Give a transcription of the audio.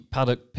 Paddock